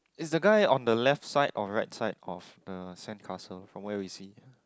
is the guy on the left side or right side of the sand castle from where we see